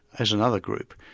as another group.